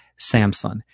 Samsung